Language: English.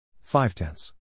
Five-tenths